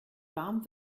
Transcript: warm